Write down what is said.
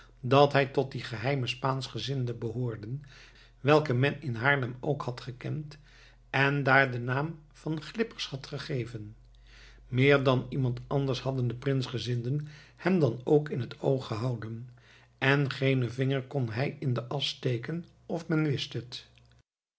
dat hij tot die geheime spaanschgezinden behoorde welke men in haarlem ook had gekend en daar den naam van glippers had gegeven meer dan iemand anders hadden de prinsgezinden hem dan ook in het oog gehouden en geenen vinger kon hij in de asch steken of men wist het